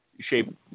shape